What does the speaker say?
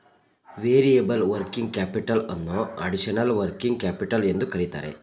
variable working capital ಅನ್ನೋ additional working capital ಎಂದು ಕರಿತರೆ